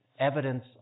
evidence